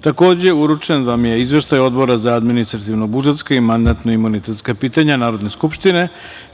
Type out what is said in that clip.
Takođe, uručen vam je izveštaj Odbora za administrativno-budžetska i mandatno-imunitetska pitanja Narodne skupštine,